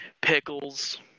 pickles